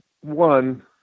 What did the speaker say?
one